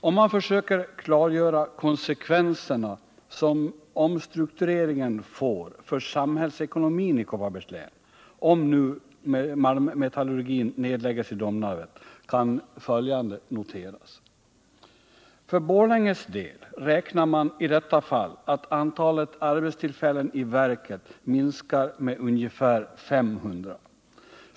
Om man försöker klargöra konsekvenserna som omstruktureringen får för samhällsekonomin i Kopparbergs län, om nu malmmetallurgin nedläggs i Domnarvet, kan följande noteras: För Borlänges del räknar man i detta fall med att antalet arbetstillfällen i verket minskar med ungefär 500.